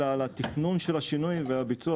אלא על התכנון של השינוי והביצוע,